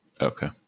okay